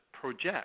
project